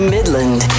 Midland